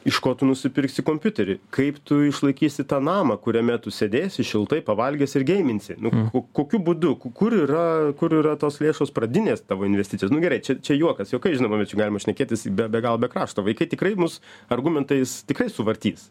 iš ko tu nusipirksi kompiuterį kaip tu išlaikysi tą namą kuriame tu sėdėsi šiltai pavalgęs ir geiminsi nu kokiu būdu kur yra kur yra tos lėšos pradinės tavo investicijos nu gerai čia čia juokas juokais žinoma mes čia galim šnekėtis be galo be krašto vaikai tikrai mus argumentais tikrai suvartys